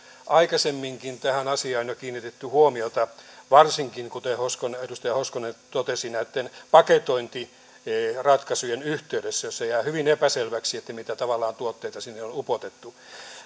aikaisemminkin tähän asiaan jo kiinnitetty huomiota kuten edustaja hoskonen totesi varsinkin näitten paketointiratkaisujen yhteydessä joissa jää hyvin epäselväksi mitä tuotteita sinne on tavallaan upotettu